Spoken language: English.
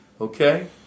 Okay